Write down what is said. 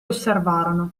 osservarono